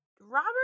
Robert